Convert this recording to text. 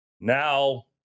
Now